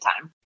time